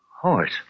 Horse